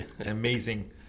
amazing